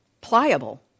pliable